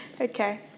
Okay